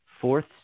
fourth